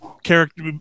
character